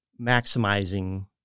maximizing